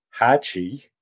Hachi